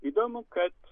įdomu kad